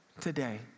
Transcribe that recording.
Today